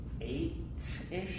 eight-ish